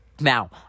now